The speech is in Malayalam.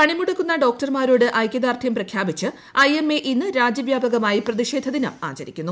പണിമുടക്കുന്ന ഡോക്ടർമാരോട് ഐക്യദാർഢ്യം പ്രഖ്യാപിച്ച് ഐ എം എ ഇന്ന് രാജ്യവ്യാപകമായി പ്രതിഷേധ ദിനം ആചരിക്കുന്നു